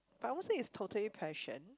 but I won't say it's totally passion